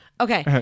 okay